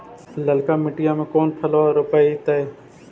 ललका मटीया मे कोन फलबा रोपयतय?